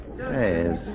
Hey